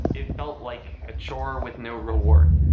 it felt like a chore with no reward,